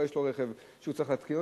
שהוא צריך להתקין,